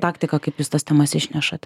taktika kaip jūs tas temas išnešat